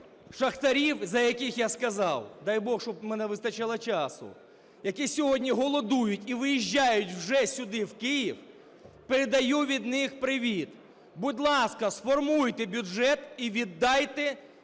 шахтарів, за яких я сказав, дай Бог, щоб у мене вистачало часу, які сьогодні голодують і виїжджають вже сюди, в Київ, передаю від них привіт. Будь ласка, сформуйте бюджет і віддайте